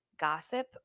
gossip